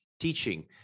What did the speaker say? Teaching